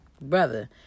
brother